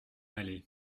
aller